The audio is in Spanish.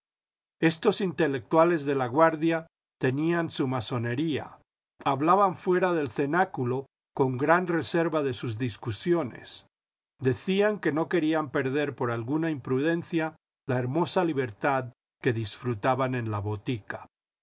estos iíitelectuales de laguardia tenían su masonería hablaban fuera del cenáculo con gran reserva de sus discusiones decían que no querían perder por alguna imprudencia la hermosa libertad que disfrutaban en la botica